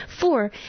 Four